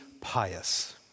pious